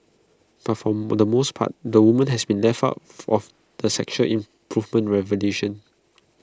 but for the most part the woman have been left out of the sexual improvement revolution